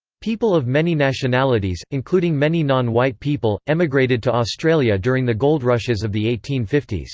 people of many nationalities, including many non-white people, emigrated to australia during the goldrushes of the eighteen fifty s.